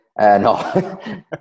No